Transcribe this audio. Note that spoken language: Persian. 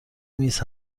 میز